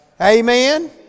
Amen